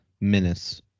menace